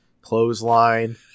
Clothesline